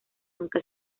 nunca